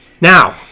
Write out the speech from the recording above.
Now